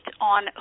on